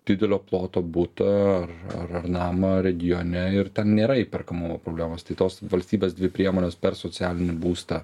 didelio ploto butą ar ar namą regione ir ten nėra įperkamumo problemos tai tos valstybės dvi priemonės per socialinį būstą